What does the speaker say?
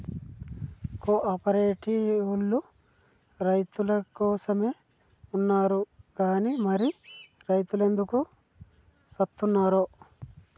కో ఆపరేటివోల్లు రైతులకోసమే ఉన్నరు గని మరి రైతులెందుకు సత్తున్నరో